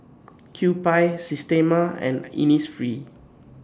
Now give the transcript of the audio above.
Kewpie Systema and Innisfree